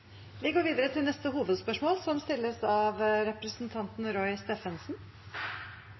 Vi går videre til neste hovedspørsmål